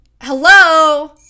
hello